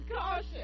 caution